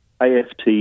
AFT